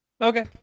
Okay